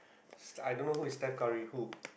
I don't know who is Stef-Curry who